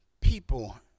people